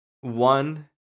one